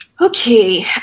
Okay